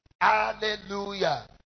Hallelujah